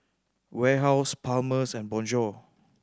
Warehouse Palmer's and Bonjour